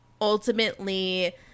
Ultimately